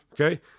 Okay